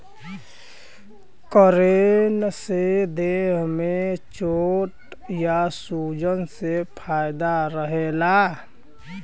कनेर से देह में चोट या सूजन से फायदा रहला